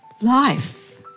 Life